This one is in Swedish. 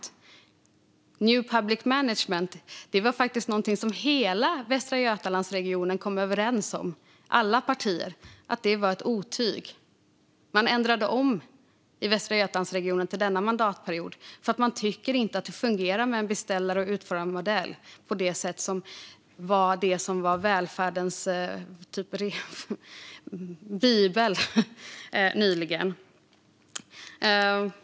När det gäller new public management kom faktiskt hela Västra Götalandsregionen - alla partier - överens om att det var ett otyg. Man ändrade om i Västra Götalandsregionen till denna mandatperiod, för man tycker inte att det fungerar med en beställar och utförarmodell på det sätt som nyligen var typ välfärdens bibel.